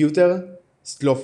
פיוטר סטוליפין.